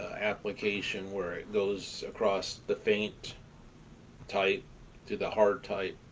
ah application where it goes across the faint type to the hard type,